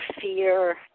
fear